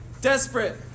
Desperate